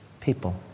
people